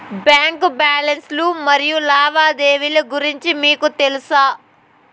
Bank balance లు మరియు లావాదేవీలు గురించి మీకు తెల్సా?